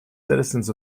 citizens